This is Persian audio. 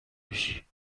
میشی